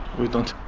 we don't.